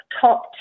top